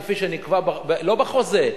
כפי שנקבע לא בחוזה,